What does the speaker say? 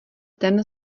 ten